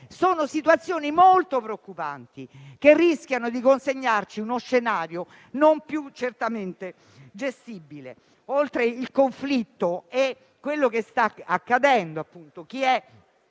di situazioni molto preoccupanti, che rischiano di consegnarci uno scenario non più certamente gestibile, oltre il conflitto, oltre quello che sta accadendo e chi